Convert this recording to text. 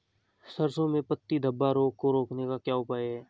सरसों में पत्ती धब्बा रोग को रोकने का क्या उपाय है?